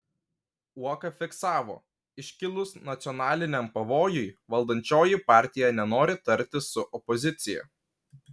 uoka fiksavo iškilus nacionaliniam pavojui valdančioji partija nenori tartis su opozicija